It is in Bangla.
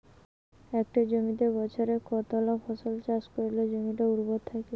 একটা জমিত বছরে কতলা ফসল চাষ করিলে জমিটা উর্বর থাকিবে?